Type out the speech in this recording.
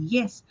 Yes